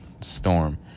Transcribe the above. storm